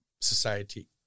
society